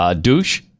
Douche